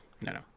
no